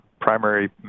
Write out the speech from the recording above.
primary